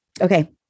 Okay